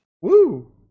Woo